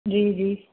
जी जी